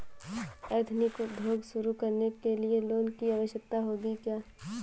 Ethnic उद्योग शुरू करने लिए लोन की आवश्यकता होगी क्या?